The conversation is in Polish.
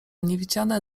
niewidziane